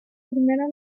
primera